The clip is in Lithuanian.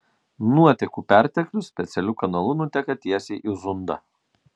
nuotekų perteklius specialiu kanalu nuteka tiesiai į zundą